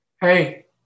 Hey